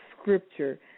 scripture